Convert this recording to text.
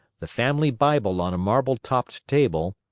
the family bible on a marble-topped table,